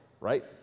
right